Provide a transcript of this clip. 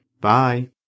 bye